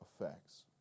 effects